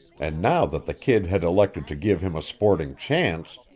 and now that the kid had elected to give him a sporting chance,